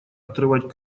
отрывать